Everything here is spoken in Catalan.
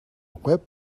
web